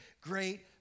great